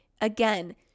Again